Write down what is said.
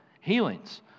healings